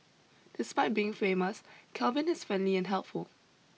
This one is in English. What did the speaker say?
despite being famous Kelvin is friendly and helpful